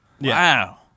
Wow